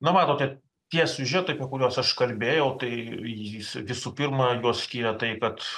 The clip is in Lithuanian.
na matote tie siužetai apie kuriuos aš kalbėjau tai jis visų pirma juos skiria tai kad